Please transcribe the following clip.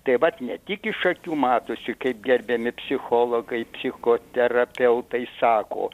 tai vat ne tik iš akių matosi kaip gerbiami psichologai psichoterapeutai sako